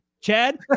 Chad